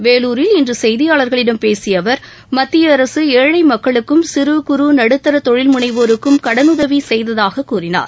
வேலூரில் இன்று செயதியாளர்களிட் பேசிய அவர் மத்தியஅரசு ஏழை மக்களுக்கும் சிறு குறு நடுத்தர தொழில்முனைவோருக்கும் கடனுதவி செய்ததாக கூறினார்